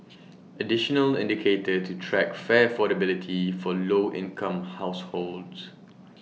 additional indicator to track fare affordability for low income households